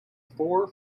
four